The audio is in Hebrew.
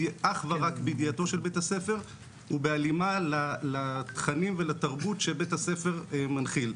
אך ורק בידיעתו של בית הספר ובהלימה לתכנים ולתרבות שבית הספר מנחיל.